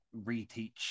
reteach